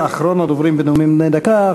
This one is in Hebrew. אחרון הדוברים בנאומים בני דקה,